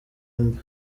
amb